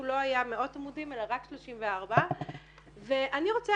הוא לא מאות עמודים אלא רק 34. ואני רוצה